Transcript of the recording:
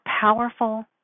powerful